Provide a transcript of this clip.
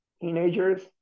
teenagers